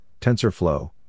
TensorFlow